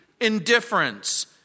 indifference